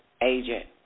Agent